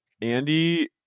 Andy